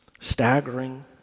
staggering